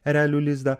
erelių lizdą